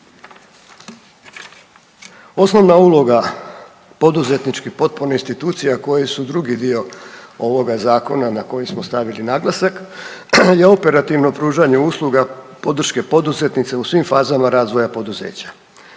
Osnovna uloga poduzetničke potpornih institucija koje su drugi dio ovoga Zakona na koji smo stavili naglasak je operativno pružanje usluga podrške poduzetnicima u svim fazama razvoja poduzeća,